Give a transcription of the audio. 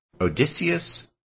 Odysseus